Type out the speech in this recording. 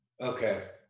Okay